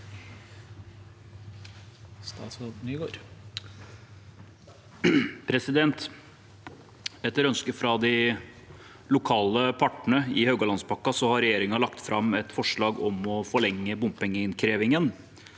Etter ønske fra de lokale partene i Haugalandspakken har regjeringen lagt fram et forslag om å forlenge bompengeinnkrevingen